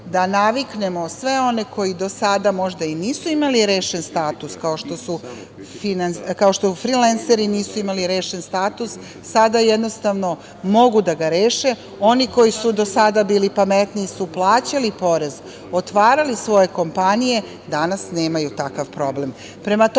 da naviknemo sve one koji do sada možda i nisu imali rešen status, kao što frilenseri nisu imali rešen status, sada jednostavno mogu da ga reše. Oni koji su do sada bili pametniji su plaćali porez, otvarali svoje kompanije, danas nemaju takav problem. Prema